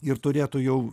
ir turėtų jau